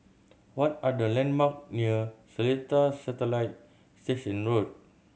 what are the landmark near Seletar Satellite Station Road